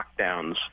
lockdowns